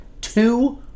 two